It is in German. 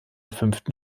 fünften